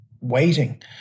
waiting